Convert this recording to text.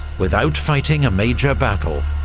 without fighting a major battle,